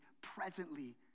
presently